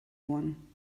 one